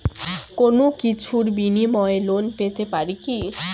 কোনো কিছুর বিনিময়ে লোন পেতে পারি কি?